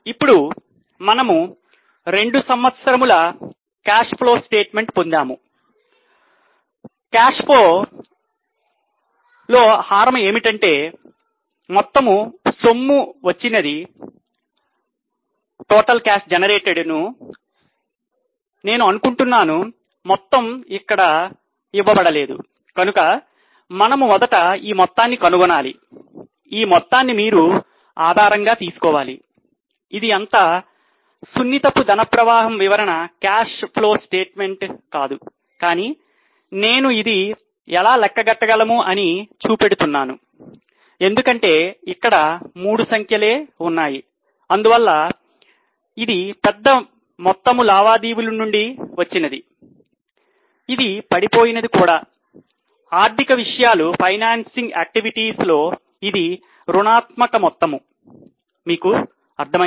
ఇప్పుడు మనం రెండు సంవత్సరముల ధన ప్రవాహం వివరణ లో ఇది రుణాత్మక మొత్తము మీకు అర్థమైందా